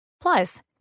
Plus